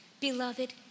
Beloved